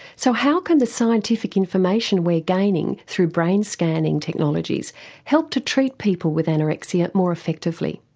so how can the scientific information we're gaining through brain scanning technologies help to treat people with anorexia more effectively,